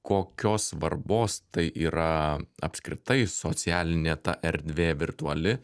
kokios svarbos tai yra apskritai socialinė ta erdvė virtuali